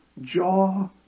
jaw